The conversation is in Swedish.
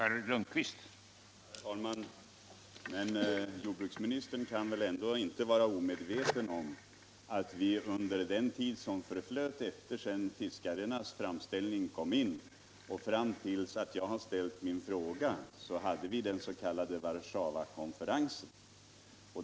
Herr talman! Jordbruksministern kan väl ändå inte vara omedveten om att vi under den tid som förflöt efter det att fiskarnas framställning kom in och fram till dess jag ställde min fråga hade den s.k. Warszawakonferensen.